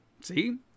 See